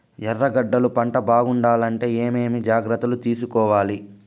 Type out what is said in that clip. ఎర్రగడ్డలు పంట బాగుండాలంటే ఏమేమి జాగ్రత్తలు తీసుకొవాలి?